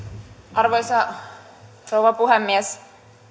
arvoisa rouva puhemies